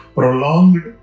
prolonged